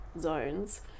zones